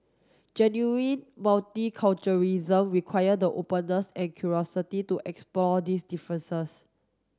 genuine multiculturalism require the openness and curiosity to explore these differences